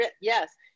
yes